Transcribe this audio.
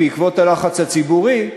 בעקבות הלחץ הציבורי,